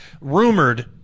rumored